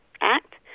Act